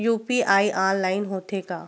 UPI online होथे का?